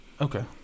Okay